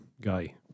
guy